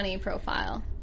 profile